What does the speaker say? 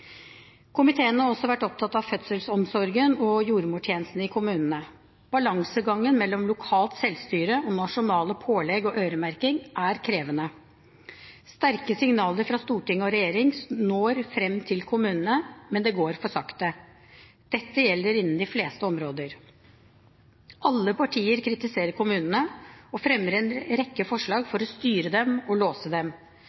Komiteen har også vært opptatt av fødselsomsorgen og jordmortjenesten i kommunene. Balansegangen mellom lokalt selvstyre og nasjonale pålegg og øremerking er krevende. Sterke signaler fra storting og regjering når fram til kommunene, men det går for sakte. Dette gjelder innen de fleste områder. Alle partier kritiserer kommunene og fremmer en rekke forslag for å styre dem og låse dem.